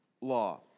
law